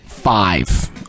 five